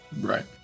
Right